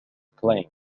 claim